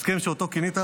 הסכם שאותו כינית,